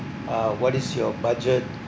uh what is your budget